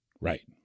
Right